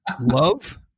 Love